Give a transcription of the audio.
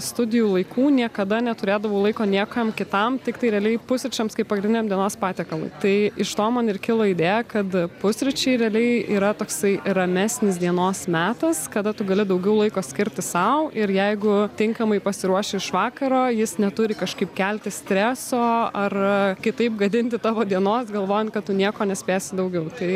studijų laikų niekada neturėdavau laiko niekam kitam tiktai realiai pusryčiams kaip pagrindiniam dienos patiekalui tai iš to man ir kilo idėja kad pusryčiai realiai yra toksai ramesnis dienos metas kada tu gali daugiau laiko skirti sau ir jeigu tinkamai pasiruoši iš vakaro jis neturi kažkaip kelti streso ar kitaip gadinti tavo dienos galvojant kad tu nieko nespėsi daugiau tai